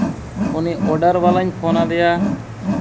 ᱩᱱᱤ ᱚᱰᱟᱨ ᱵᱟᱞᱟᱧ ᱯᱷᱳᱱᱟᱫᱮᱭᱟ